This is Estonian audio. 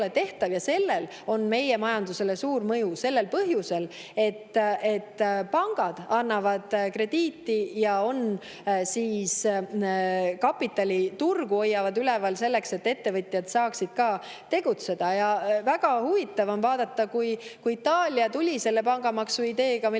Sellel oleks meie majandusele suur mõju sellel põhjusel, et pangad annavad krediiti ja hoiavad kapitaliturgu üleval, selleks et ettevõtjad saaksid tegutseda. Väga huvitav oli vaadata, kui Itaalia tuli selle pangamaksu ideega, millest